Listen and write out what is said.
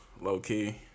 low-key